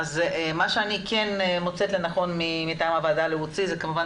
אז מה שאני כן מוצאת לנכון מטעם הוועדה להוציא זה כמובן